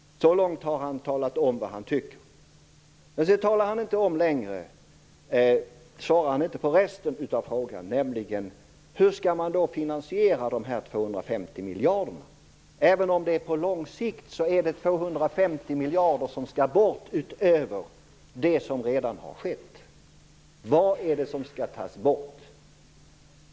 Så långt har han talat om vad han tycker. Men sedan svarar han inte på resten av frågan. Hur skall man finansiera de här 250 miljarder kronorna? Även om det är på lång sikt, så är det 250 miljarder som skall bort utöver det som redan har skett. Vad skall tas bort?